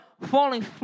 falling